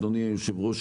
אדוני היושב-ראש,